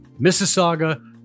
Mississauga